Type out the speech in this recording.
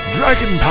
Dragon